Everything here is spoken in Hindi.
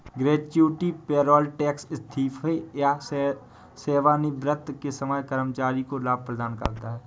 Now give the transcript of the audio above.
ग्रेच्युटी पेरोल टैक्स इस्तीफे या सेवानिवृत्ति के समय कर्मचारी को लाभ प्रदान करता है